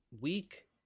week